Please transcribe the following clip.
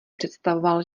představoval